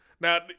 Now